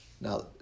Now